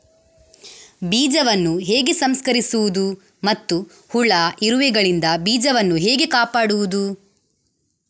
ಬೀಜವನ್ನು ಹೇಗೆ ಸಂಸ್ಕರಿಸುವುದು ಮತ್ತು ಹುಳ, ಇರುವೆಗಳಿಂದ ಬೀಜವನ್ನು ಹೇಗೆ ಕಾಪಾಡುವುದು?